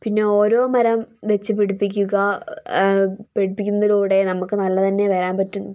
പിന്നെ ഓരോ മരം വച്ചു പിടിപ്പിക്കുക പിടിപ്പിക്കുന്നതിലൂടെ നമുക്ക് നല്ല തന്നെ വരാൻ പറ്റും